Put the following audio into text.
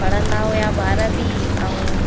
पढ़ंदा हुया ॿार बि ऐं